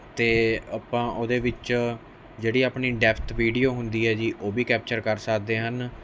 ਅਤੇ ਆਪਾਂ ਉਹਦੇ ਵਿੱਚ ਜਿਹੜੀ ਆਪਣੀ ਡੈਫਥ ਵੀਡੀਓ ਹੁੰਦੀ ਹੈ ਜੀ ਉਹ ਵੀ ਕੈਪਚਰ ਕਰ ਸਕਦੇ ਹਨ